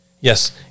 Yes